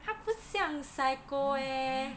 她不像 psycho eh